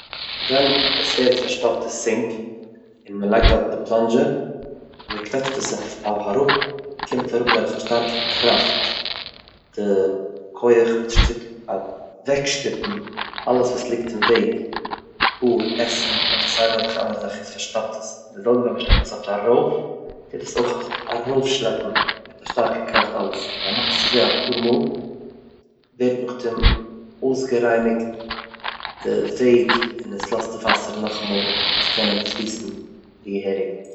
ווען עס ווערט פארשטאפט די סינק און מען לייגט דארטן די פלאנזשער, מען קוועטשט עס אויף אראפ קומט אראפ דורך א שטארקע קראפט דער כח וואס טוט אוועקשטופן אלעס וואס ליגט אין וועג, האר, עסן אדער סיי וועלכע אנדערע זאך וואס פארשטאפט עס.דער זעלבע ווען שלעפט עס ארויף טוט עס אויך ארויפשלעפן מיט די שטארקע קראפט אלעס, אויב מען מאכט עס אזוי אפאר מאל ווערט נאך דעם אויסגערייניגט די וועג און עס לאזט די וואסער נאכאמאל צו קענען פליסן געהעריג.